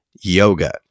yoga